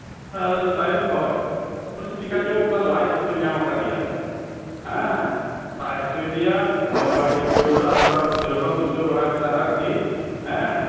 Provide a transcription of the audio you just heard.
ᱛᱟᱭᱚᱢ ᱠᱷᱚᱱ ᱪᱤᱠᱟᱹ ᱪᱚ ᱚᱱᱠᱟ ᱞᱟᱡ ᱦᱟᱹᱥᱩ ᱧᱟᱢ ᱠᱟᱫᱮᱭᱟ ᱦᱮᱸ ᱞᱟᱡ ᱦᱟᱹᱥᱩᱭᱮᱫᱮᱭᱟ ᱢᱚᱡᱽ ᱵᱟᱭ ᱟᱹᱭᱠᱟᱹᱣ ᱮᱫᱟ ᱛᱷᱚᱲᱟ ᱩᱪᱷᱞᱟᱹᱣ ᱦᱚᱸᱭ ᱩᱪᱷᱞᱟᱹᱣ ᱵᱟᱲᱟ ᱠᱮᱫᱟᱭ ᱟᱨᱠᱤ ᱦᱮᱸ